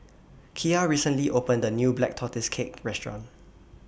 Kiya recently opened A New Black Tortoise Cake Restaurant